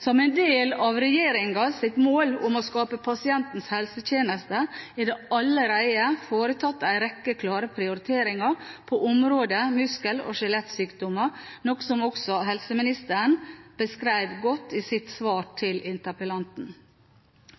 Som en del av regjeringens mål om å skape pasientenes helsetjeneste er det allerede foretatt en rekke klare prioriteringer på området muskel- og skjelettsykdommer, noe som også helseministeren beskrev godt i sitt svar til interpellanten.